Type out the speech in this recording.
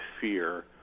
fear